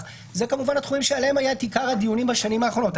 אלה כמובן התחומים שעליהם היה עיקר הדיונים בשנים האחרונות.